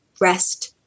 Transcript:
rest